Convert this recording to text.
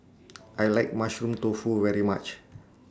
I like Mushroom Tofu very much